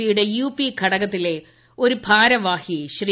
പിയുടെ യുപി ഘടകത്തിലെ ഒരു ഭാരവാഹി ശ്രീ